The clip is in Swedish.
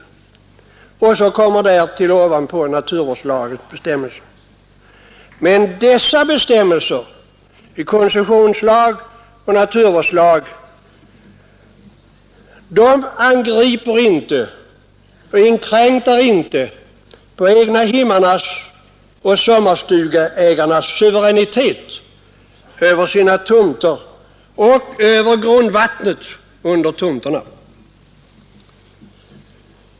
Och ovanpå detta kommer därtill naturvårdslagens bestämmelser. Men bestämmelserna i koncessionslagen och naturvårdslagen angriper inte och inkräktar inte på egnahemmarnas och sommarstugeägarnas suveränitet över sina tomter och grundvattnet under tomterna.